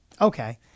okay